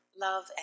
love